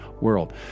world